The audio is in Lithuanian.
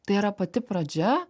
tai yra pati pradžia